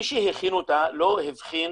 מי שהכין אותה לא הבחין